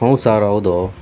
ಹ್ಞೂ ಸಾರ್ ಹೌದು